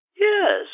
Yes